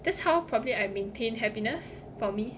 that's how probably I maintain happiness for me